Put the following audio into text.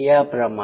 याप्रमाणे